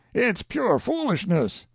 it's pure foolishness!